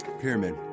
pyramid